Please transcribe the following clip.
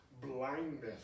blindness